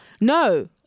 no